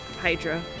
hydra